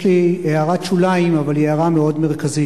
יש לי הערת שוליים, אבל היא הערה מאוד מרכזית.